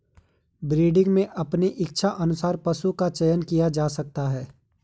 breeding में अपने इच्छा अनुसार पशु का चयन किया जा सकता है